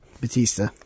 Batista